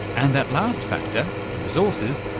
and that last factor, the resources,